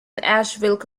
asheville